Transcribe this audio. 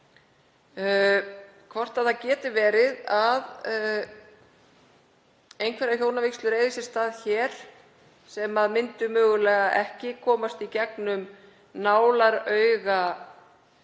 hvort það geti verið að einhverjar hjónavígslur eigi sér stað hér sem myndu mögulega ekki komast í gegnum nálarauga